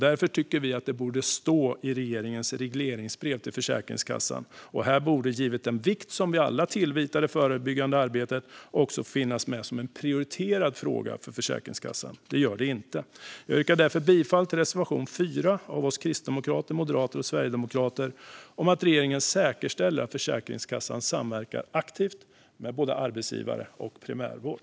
Därför tycker vi att det borde stå i regeringens regleringsbrev till Försäkringskassan, och här borde, givet den vikt som vi alla tillskriver det förebyggande arbetet, också finnas med som en prioriterad fråga för Försäkringskassan. Det gör det inte. Jag yrkar därför bifall till reservation 4 av oss kristdemokrater, moderater och sverigedemokrater om att regeringen ska säkerställa att Försäkringskassan samverkar aktivt med både arbetsgivare och primärvård.